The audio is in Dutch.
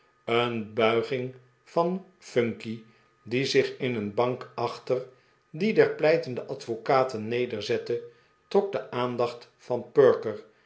een buiging van phunky die zich in een bank achter die der pleitende advocaten nederzette trok de aandacht van perker